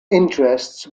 interests